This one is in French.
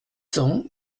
cents